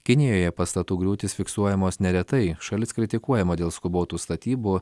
kinijoje pastatų griūtys fiksuojamos neretai šalis kritikuojama dėl skubotų statybų